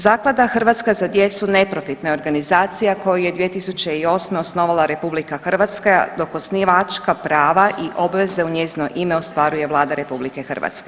Zaklada „Hrvatska za djecu“ neprofitna je organizacija koju je 2008. osnovala RH, dok osnivačka prava i obveze u njezino ime ostvaruje Vlada RH.